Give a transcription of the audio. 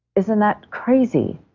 isn't that crazy?